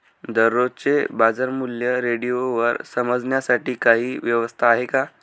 दररोजचे बाजारमूल्य रेडिओवर समजण्यासाठी काही व्यवस्था आहे का?